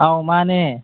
ꯑꯧ ꯃꯥꯟꯅꯦ